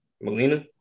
Melina